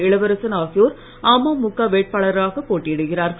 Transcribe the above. இளவரசன் ஆகியோர் அம்முக வேட்பாளர்களாக போட்டியிடுகிறார்கள்